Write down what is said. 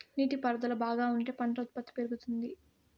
నీటి పారుదల బాగా ఉంటే పంట ఉత్పత్తి పెరుగుతుంది